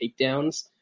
takedowns